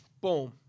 boom